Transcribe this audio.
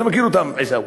אתה מכיר אותם, עיסאווי.